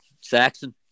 Saxon